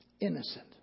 Innocent